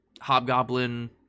Hobgoblin